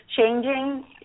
changing